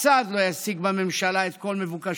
שום צד לא ישיג בממשלה את כל מבוקשו.